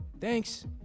thanks